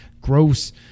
gross